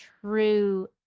true